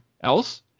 else